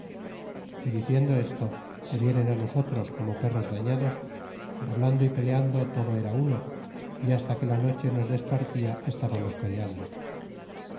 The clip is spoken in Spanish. y diciendo esto se vienen nosotros como perros dañados y hablando y peleando todo era uno y hasta que la noche nos despartia estbamos peleando